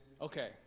Okay